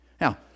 Now